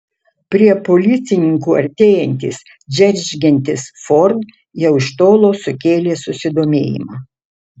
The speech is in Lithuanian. prie policininkų artėjantis džeržgiantis ford jau iš tolo sukėlė susidomėjimą